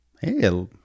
hey